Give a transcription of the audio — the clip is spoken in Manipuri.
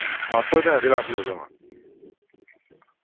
ꯑꯥ ꯁꯣꯏꯗꯅꯗꯤ ꯂꯥꯛꯄꯤꯌꯨꯀꯣ